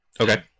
Okay